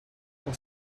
what